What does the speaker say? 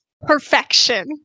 perfection